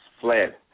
fled